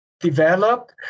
developed